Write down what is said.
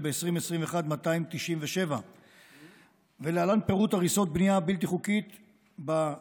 וב-2021 297. להלן פירוט הריסות בנייה בלתי חוקית במגזר,